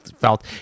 felt